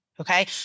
okay